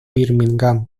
birmingham